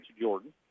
Jordan